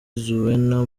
zuena